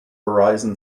horizon